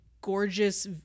gorgeous